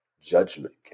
Judgment